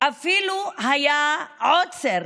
אפילו היה עוצר,